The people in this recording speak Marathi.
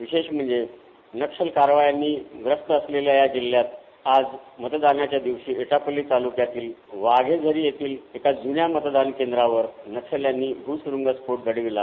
विषेश म्हणजे नक्षल कारवायांनी ग्रस्त असलेल्या या जिल्हयात आज मतदानाच्या दिवशी एटापल्ली तालुक्यातील वाघेजरी येथील एका जुन्या मतदान केंद्रावर नक्षल्यांनी स्फोट घडविला